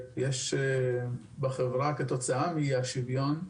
בחברה, כתוצאה מאי השוויון,